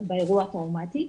באירוע הטראומטי,